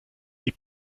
die